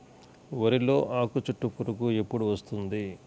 వరిలో ఆకుచుట్టు పురుగు ఎప్పుడు వస్తుంది?